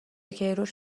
کیروش